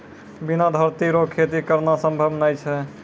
बिना धरती रो खेती करना संभव नै छै